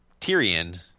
Tyrion